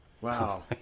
Wow